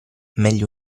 meglio